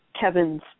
Kevin's